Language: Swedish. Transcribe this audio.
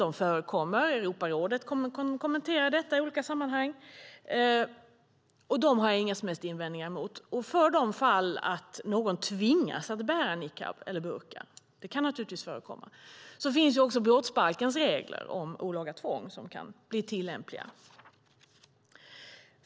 De förekommer - Europarådet kommenterar detta i olika sammanhang - och dessa har jag inga som helst invändningar mot. Ifall någon tvingas bära niqab eller burka - det kan naturligtvis förekomma - finns också brottsbalkens regler om olaga tvång som kan bli tillämpliga.